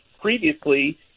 previously